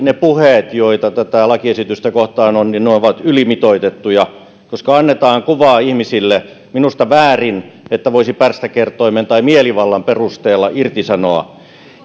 ne puheet joita tätä lakiesitystä kohtaan on ovat ylimitoitettuja koska annetaan kuvaa ihmisille minusta väärin että voisi pärstäkertoimen tai mielivallan perusteella irtisanoa